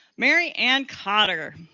mary ann cotter.